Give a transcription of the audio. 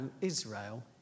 Israel